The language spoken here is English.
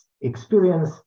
experience